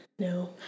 No